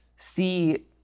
see